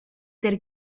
der